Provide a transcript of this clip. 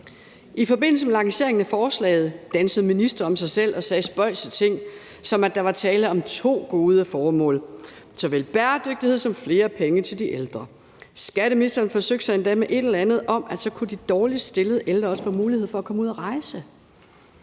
I forbindelse med lanceringen af forslaget dansede ministre om sig selv og sagde spøjse ting som, at der var tale om to gode formål, nemlig såvel bæredygtighed som flere penge til de ældre. Skatteministeren forsøgte sig endda med et eller andet om, at så kunne de dårligst stillede ældre også få mulighed for at komme ud at rejse.